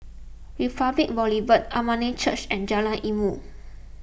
Republic Boulevard Armenian Church and Jalan Ilmu